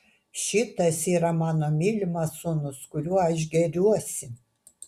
šitas yra mano mylimas sūnus kuriuo aš gėriuosi